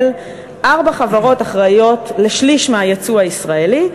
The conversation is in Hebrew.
ארבע חברות אחראיות לשליש מהיצוא הישראלי,